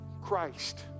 Christ